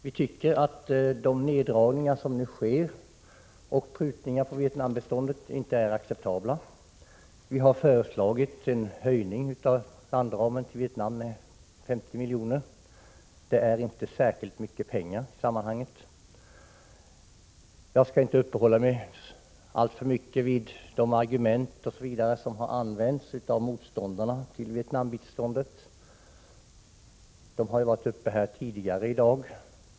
Vi tycker att de prutningar på Vietnambiståndet som nu sker inte är acceptabla. Vi har föreslagit en höjning av landramen till Vietnam med 50 milj.kr. Det är inte särskilt mycket pengar i sammanhanget. Jag skall inte uppehålla mig alltför mycket vid de argument som har använts av Vietnambiståndets motståndare. De har ju varit uppe i talarstolen tidigare i dag.